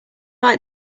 write